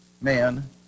man